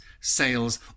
sales